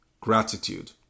gratitude